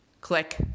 Click